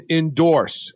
endorse